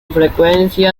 frecuencia